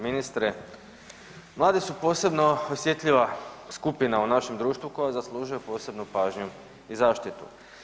Ministre, mladi su posebno osjetljiva skupina u našem društvu koja zaslužuje posebnu pažnju i zaštitu.